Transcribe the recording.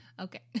Okay